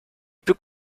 peut